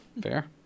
Fair